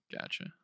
Gotcha